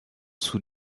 sous